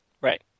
Right